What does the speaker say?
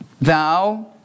thou